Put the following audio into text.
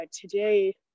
today